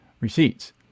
receipts